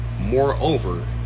moreover